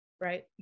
right